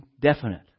definite